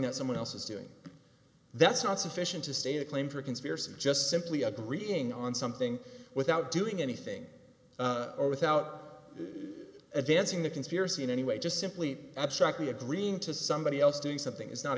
that someone else is doing that's not sufficient to stand a claim for a conspiracy just simply agreeing on something without doing anything or without advancing the conspiracy in any way just simply abstractly agreeing to somebody else doing something is not